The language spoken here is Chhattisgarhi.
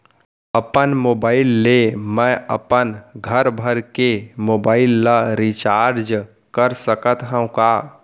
अपन मोबाइल ले मैं अपन घरभर के मोबाइल ला रिचार्ज कर सकत हव का?